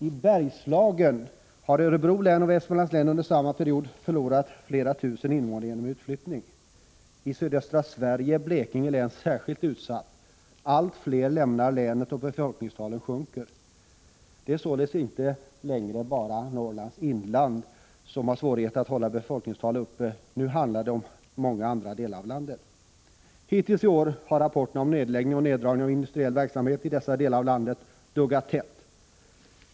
I Bergslagen har Örebro län och Västmanlands län under samma period förlorat flera tusen invånare genom utflyttning. I sydöstra Sverige är Blekinge län särskilt utsatt. Allt fler lämnar länet och befolkningstalen sjunker. Det är således inte längre bara Norrlands inland som har svårigheter att hålla befolkningstalen uppe — nu handlar det om många andra delar av landet. Hittills i år har rapporterna om nedläggningar och neddragningar av industriell verksamhet i dessa delar av landet duggat tätt.